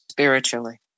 spiritually